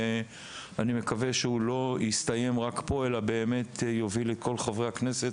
אני מקווה שהדיון הזה לא יסתיים רק פה אלא באמת יוביל את כל חברי הכנסת